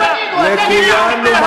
לכולנו,